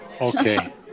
okay